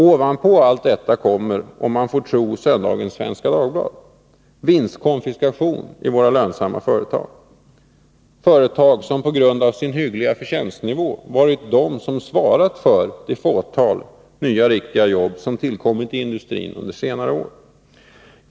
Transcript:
Ovanpå allt detta kommer, om man får tro söndagens Svenska Dagbladet, vinstkonfiskation i våra lönsamma företag — företag som på grund av sin hyggliga förtjänstnivå svarat för det fåtal nya riktiga jobb som tillkommit i industrin under senare år.